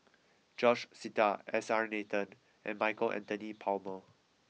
George Sita S R Nathan and Michael Anthony Palmer